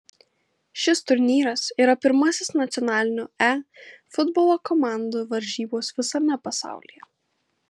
šis turnyras yra pirmasis nacionalinių e futbolo komandų varžybos visame pasaulyje